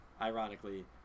ironically